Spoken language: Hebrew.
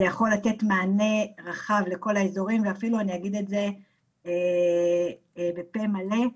זה יכול לתת מענה רחב לכל האזורים ואפילו אני אגיד את זה בפה מלא,